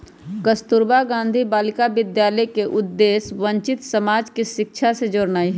कस्तूरबा गांधी बालिका विद्यालय के उद्देश्य वंचित समाज के शिक्षा से जोड़नाइ हइ